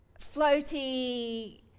floaty